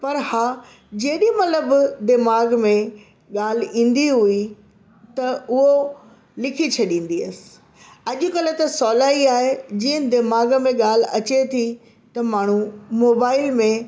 पर हा जेॾीमहिल बि दीमाग़ु में ॻाल्हि ईंदी हुई त उहो लिखी छॾींदी हुयसि अॼुकल्हि त सवलाई आहे जीअं दीमाग़ु में ॻाल्हि अचे थी त माण्हू मोबाइल में